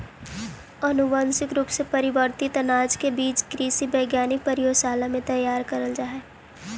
अनुवांशिक रूप से परिवर्तित अनाज के बीज कृषि वैज्ञानिक प्रयोगशाला में तैयार करऽ हई